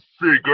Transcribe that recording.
figure